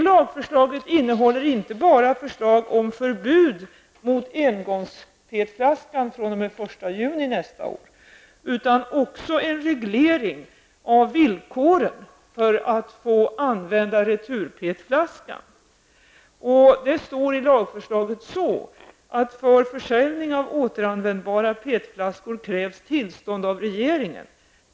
Lagförslaget innehåller inte bara förslag om förbud mot engångs-PET-flaskan fr.o.m. den 1 juni nästa år utan också förslag om en reglering av villkoren för att man skall få använda retur-PET-flaskan. Det står i lagförslaget att för försäljning av återanvändbara PET-flaskor krävs tillstånd av regeringen.